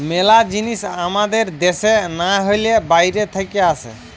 মেলা জিনিস আমাদের দ্যাশে না হলে বাইরে থাকে আসে